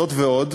זאת ועוד,